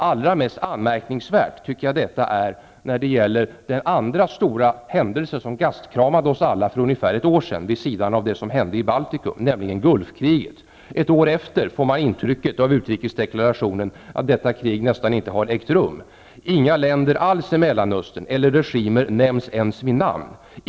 Allra mest anmärkningsvärt är detta, tycker jag, när det gäller den andra stora händelse som gastkramade oss alla för ungefär ett år sedan vid sidan av det som hände i Baltikum, nämligen Gulfkriget. Ett år efteråt får man av utrikesdeklarationen intrycket att detta krig nästan inte har ägt rum. Inga länder eller regimer alls i Mellanöstern nämns ens vid namn.